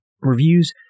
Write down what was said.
reviews